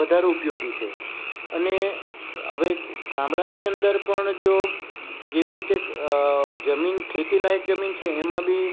વધારે ઉપયોગી છે અને હવે ગામડાની અંદર પણ જો જેવી રીતે જમીન ખેતીલાયક જમીન છે એમાં બી